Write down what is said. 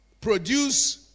produce